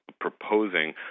proposing